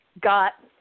Got